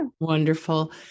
Wonderful